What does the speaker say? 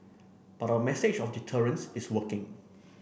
but our message of deterrence is working